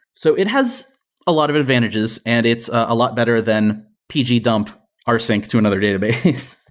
so it has a lot of advantages, and it's a lot better than pgdump ah rsink to another database.